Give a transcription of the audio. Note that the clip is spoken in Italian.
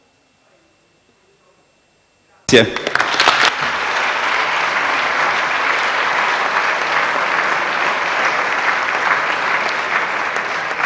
Grazie,